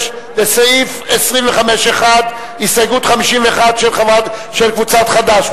לסעיף 25(1) הסתייגות 51 של קבוצת חד"ש.